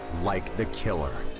like the killer.